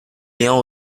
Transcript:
ayant